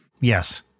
Yes